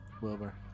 Wilbur